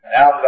Now